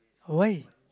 why